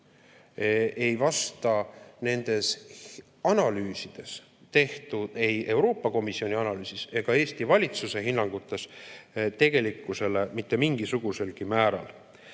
ei vasta nendes analüüsides, ei Euroopa Komisjoni analüüsis ega Eesti valitsuse hinnangutes, tegelikkusele mitte mingisuguselgi määral.